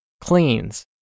cleans